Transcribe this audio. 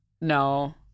No